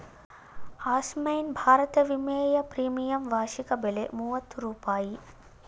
ಆಸ್ಮಾನ್ ಭಾರತ ವಿಮೆಯ ಪ್ರೀಮಿಯಂ ವಾರ್ಷಿಕ ಬೆಲೆ ಮೂವತ್ತು ರೂಪಾಯಿ